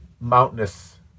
mountainous